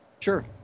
Sure